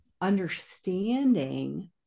understanding